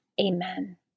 Amen